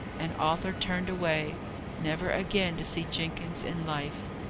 and arthur turned away never again to see jenkins in life.